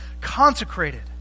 consecrated